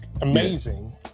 amazing